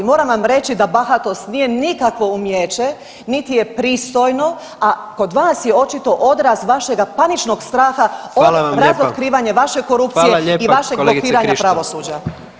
Moram vam reći da bahatost nije nikakvo umijeće, niti je pristojno, a kod vas je očito odraz vašega paničnog straha od razotkrivanja vaše [[Upadica: Hvala vam lijepa.]] korupcije i vašeg [[Upadica: Hvala lijepa kolegice Krišto.]] blokiranja pravosuđa.